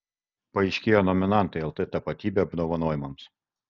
paaiškėjo nominantai lt tapatybė apdovanojimams